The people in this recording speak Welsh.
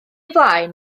flaen